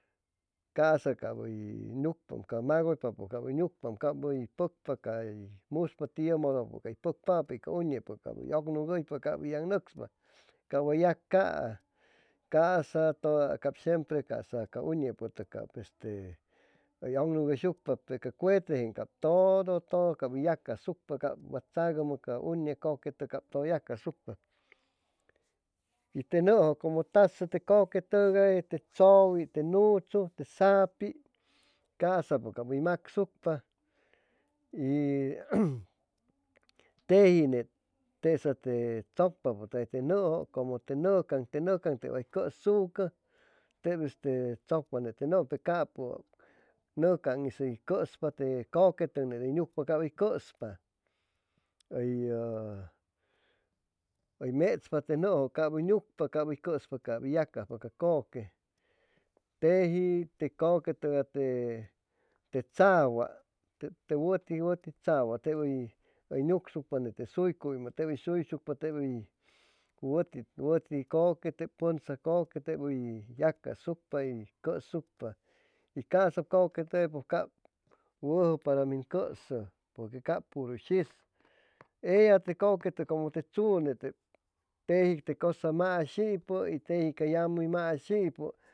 Caasa cap hʉy nucpa ca magʉypapʉ cap hʉy pʉcpa cay muspapʉ tiʉmʉdʉ hʉy pʉcpapʉ y ca uñepʉ cap hʉy ʉgnugʉypa cap hʉy yagnʉcspa cap way yacaa caasa toda cap shempre caasa ca uñepʉtʉgay cap este hʉy ʉgnugʉysucpa pe ca cuete jeen cap todo todo cap hʉy yacasucpa cap wa chagʉmʉ ca uñe koquetog cap todo hʉy yacasucpa y te nʉʉjʉ como taso de kʉquetogay te chʉwi, te nuchu, te saapi, casapʉ cap hʉy macsucpa y tejinet tesa te chʉcpapʉtʉgay te nʉʉjo como te nʉʉcaŋ te way cʉsucʉ tep este chʉcpa ne te nʉʉ pe capʉ nʉʉcanis hʉy cʉʉspa te kʉquetʉg ney hʉy nucpa cap hʉy cʉʉspa hʉyyʉ hʉy mechpa te nʉʉjo cap hʉy nucpa cap hʉy cʉʉspa cap hʉy yacajpa ca kʉque teji te kʉquetʉgay te tzawa tep te wʉti wʉti tzawa hʉy nucsucpa suycuymʉ tep hʉy suysucpa tep hʉy wʉti wʉti kʉque te pʉnza kʉque tep hʉy yacasucpa hʉy cʉʉsucpa y caasa kʉquetʉgay pʉj cap wʉjo para min cʉʉsʉ porque cap puru shis ella te kʉque como te chune tep teji te cʉsa mashipʉ y teji ca yamʉ hʉy mashipʉ